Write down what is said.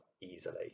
easily